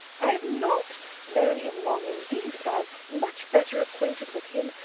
i have not known him long indeed, but i am much better acquainted with him,